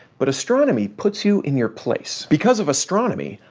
but astronomy puts you in your place. because of astronomy,